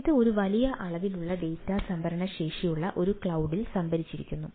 ഇത് ഒരു വലിയ അളവിലുള്ള ഡാറ്റ സംഭരണ ശേഷിയുള്ള ഒരു ക്ലൌഡിൽ സംഭരിച്ചിരിക്കുന്നു